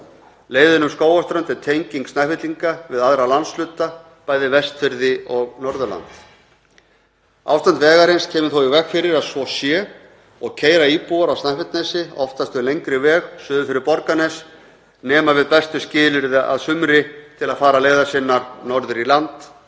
Leiðin um Skógarströnd er tenging Snæfellinga við aðra landshluta, bæði Vestfirði og Norðurland. Ástand vegarins kemur þó í veg fyrir að svo sé og keyra íbúar á Snæfellsnesi oftast um lengri veg suður fyrir Borgarnes nema við bestu skilyrði að sumri til að fara leiðar sinnar norður í land